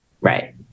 Right